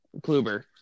Kluber